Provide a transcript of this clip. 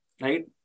right